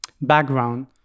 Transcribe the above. background